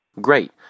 Great